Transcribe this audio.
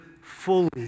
fully